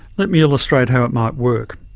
let me illustrate how it might work.